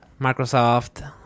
Microsoft